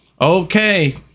okay